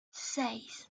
seis